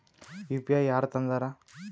UPI ಯಾರ್ ತಂದಾರ?